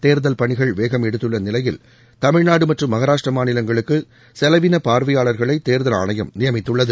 தேர்தல் பணிகள் வேகம் எடுத்துள்ள நிலையில் தமிழ்நாடு மற்றும் மகாராஷ்டிரா மாநிலங்களுக்கு செலவின பார்வையாளர்களை தேர்தல் ஆணையம் நியமித்துள்ளது